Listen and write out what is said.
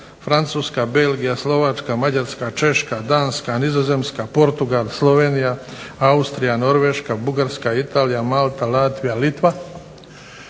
Francuska, BElgija, Slovačka, Mađarska, Češka, DAnska, Nizozemska, Portugal, Slovenija, Austrija, Norveška, Bugarska, Italija, Malta, Latvija, LItva